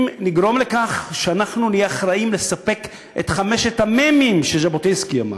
אם נגרום לכך שאנחנו נהיה אחראים לספק את חמשת המ"מים שז'בוטינסקי אמר: